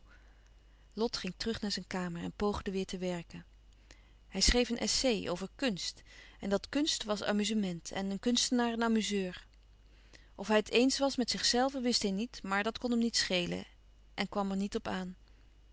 lot ging terug naar zijn kamer en poogde weêr te werken hij schreef een essai over kunst en dat kunst was amuzement en een kunstenaar een amuzeur of hij het eens was met zichzelven wist hij niet maar dat kon hem niet schelen en kwam er niet op aan